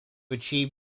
achieve